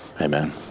amen